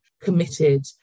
committed